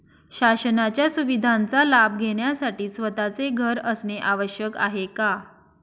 शासनाच्या सुविधांचा लाभ घेण्यासाठी स्वतःचे घर असणे आवश्यक आहे का?